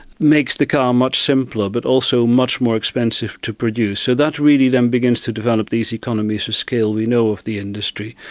makes the car much simpler but also much more expensive to produce. so that really then begins to develop these economies of scale we know of the industry.